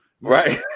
Right